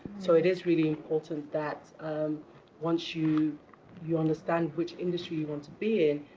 so it is really important that um once you you understand which industry you want to be in,